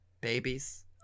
babies